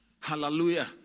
Hallelujah